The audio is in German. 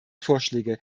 vorschläge